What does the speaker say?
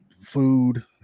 food